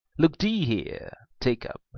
look thee here take up,